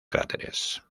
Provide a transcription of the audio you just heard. cráteres